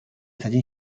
财经